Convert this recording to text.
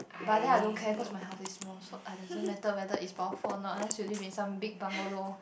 but then I don't care cause my house is small so ah doesn't matter whether it's powerful or not unless you live in some big bungalow